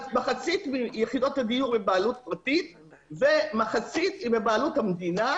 מחצית מיחידות הדיור הן בבעלות פרטית ומחצית היא בבעלות המדינה,